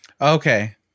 Okay